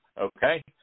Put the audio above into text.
okay